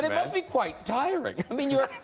it must be quite tiring. i mean you're